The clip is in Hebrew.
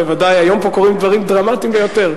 ודאי היום קורים פה דברים דרמטיים ביותר,